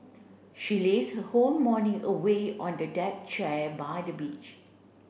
she lazed her whole morning away on the deck chair by the beach